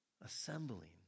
Assembling